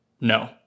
no